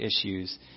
issues